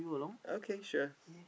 okay sure